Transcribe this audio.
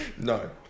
No